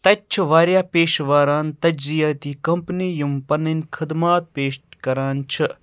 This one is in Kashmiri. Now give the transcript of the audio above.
تتہِ چھِ واریٛاہ پیشہٕ وٲران تجزیٲتی کمپٔنی یِم پنٕنۍ خدمات پیش کران چھِ